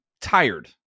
tired